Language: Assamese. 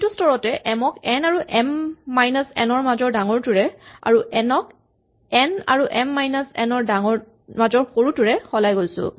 প্ৰতিটো স্তৰতে আমি এম ক এন আৰু এম মাইনাচ এন ৰ মাজৰ ডাঙৰটোৰে আৰু এন ক এন আৰু এম মাইনাচ এন ৰ মাজৰ সৰুটোৰে সলাই গৈ আছো